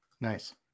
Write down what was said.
Nice